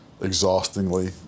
exhaustingly